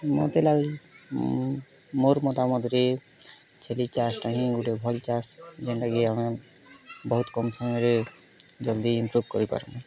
ମୋତେ ଲାଗୁଛି ମୋର୍ ମତାମତ ରେ ଛେଲି ଚାଷ୍ ଟା ହିଁ ଗୁଟେ ଭଲ୍ ଚାଷ୍ ଯେନ୍ତା କି ଆମେ ବହୁତ କମ୍ ସମୟରେ ଜଲ୍ଦି ଇନପ୍ରୁଭ୍ କରି ପାରମା